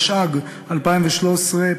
התשע"ג 2013,